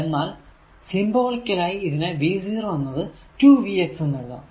എന്നാൽ സിംബോളിക്കൽ ആയി ഇതിനെ v 0 എന്നത് 2 vx എന്ന് എഴുതാം